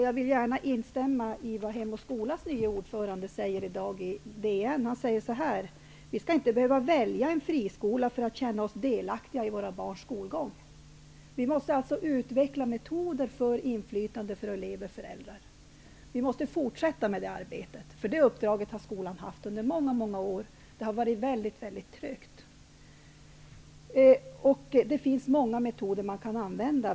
Jag instämmer i det som Hem och skolas nye ordförande säger i dag i Dagens Nyheter: ''Vi ska inte behöva välja en friskola för att känna oss delaktiga i våra barns skolgång.'' Det måste alltså utvecklas metoder för inflytande för elever och föräldrar. Det arbetet måste vi fortsätta med, och det är ett uppdrag som skolan har haft under många år, men det har gått mycket trögt. Det finns många metoder som man kan använda.